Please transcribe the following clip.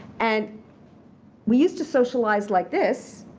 and we used to socialize like this.